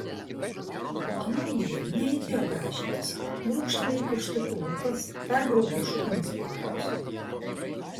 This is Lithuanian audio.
o anom dviem nereikėjo gražintis brūkštelėjai pieštuku lūpas perbraukei šukomis plaukus